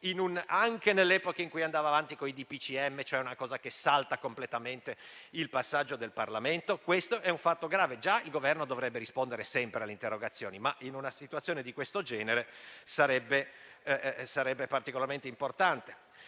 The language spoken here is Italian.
anche nell'epoca in cui andava avanti con i DPCM, ovvero misure che saltano completamente il passaggio in Parlamento? Questo è un fatto grave. Già il Governo dovrebbe rispondere sempre alle interrogazioni, ma in una situazione di questo genere sarebbe particolarmente importante.